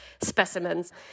specimens